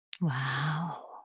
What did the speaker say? Wow